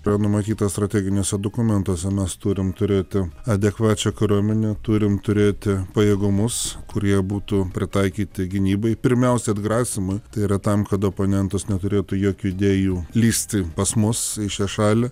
yra numatyta strateginiuose dokumentuose mes turim turėti adekvačią kariuomenę turim turėti pajėgumus kurie būtų pritaikyti gynybai pirmiausia atgrasymui tai yra tam kad oponentas neturėtų jokių idėjų lįsti pas mus į šią šalį